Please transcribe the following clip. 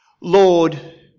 Lord